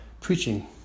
preaching